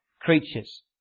creatures